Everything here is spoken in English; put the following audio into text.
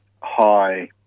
high